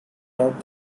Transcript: out